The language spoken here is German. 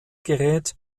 gerät